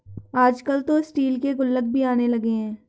आजकल तो स्टील के गुल्लक भी आने लगे हैं